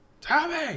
Tommy